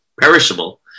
perishable